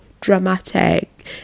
dramatic